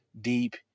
deep